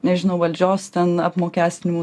nežinau valdžios ten apmokestinimu